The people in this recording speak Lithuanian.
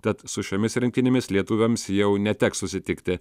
tad su šiomis rinktinėmis lietuviams jau neteks susitikti